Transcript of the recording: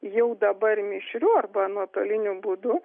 jau dabar mišrių arba nuotoliniu būdu